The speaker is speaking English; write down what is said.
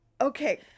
Okay